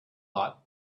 lot